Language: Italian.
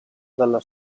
dalla